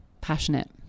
Passionate